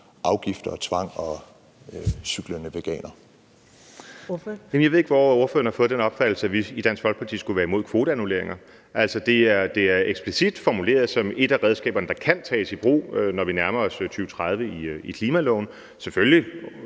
Morten Messerschmidt (DF): Jeg ved ikke, hvorfra ordføreren har fået den opfattelse, at vi i Dansk Folkeparti skulle være imod kvoteannulleringer. Det er eksplicit formuleret i klimaloven som et af de redskaber, der kan tages i brug, når vi nærmer os 2030.